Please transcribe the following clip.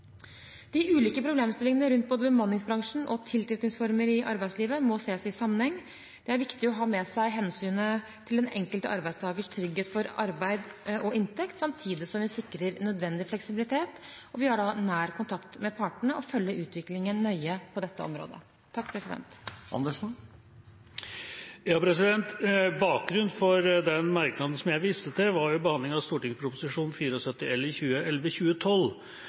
ulike problemstillingene rundt både bemanningsbransjen og tilknytningsformer i arbeidslivet må ses i sammenheng. Det er viktig å ha med seg hensynet til den enkelte arbeidstakers trygghet for arbeid og inntekt, samtidig som vi sikrer nødvendig fleksibilitet. Vi har nær kontakt med partene og følger utviklingen nøye på dette området. Bakgrunnen for den merknaden som jeg viste til, var behandlingen av